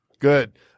Good